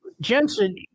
Jensen